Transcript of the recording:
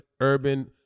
urban